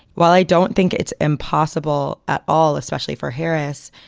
well, i don't think it's impossible at all, especially for harris.